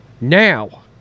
Now